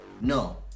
No